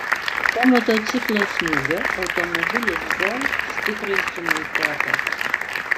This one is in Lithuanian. po motociklo smūgio automobilis golf stipriai sumaitotas